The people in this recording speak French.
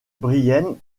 brienne